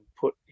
put